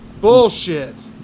Bullshit